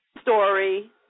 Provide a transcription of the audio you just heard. story